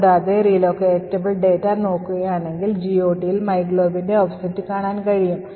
കൂടാതെ relocatable data നോക്കുകയാണെങ്കിൽ GOTയിൽ myglobന്റെ ഓഫ്സെറ്റ് കാണാനും കഴിയും